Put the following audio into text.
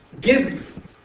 give